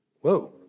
Whoa